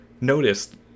noticed